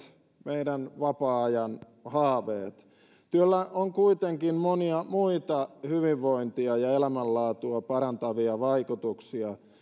meidän vapaa ajan haaveemme työllä on kuitenkin monia muita hyvinvointia ja elämänlaatua parantavia vaikutuksia